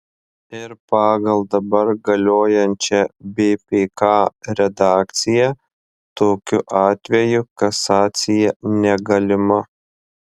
ir pagal dabar galiojančią bpk redakciją tokiu atveju kasacija negalima